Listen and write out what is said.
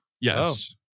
Yes